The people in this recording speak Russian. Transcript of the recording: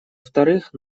вторых